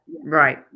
right